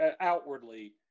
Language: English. outwardly